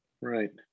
Right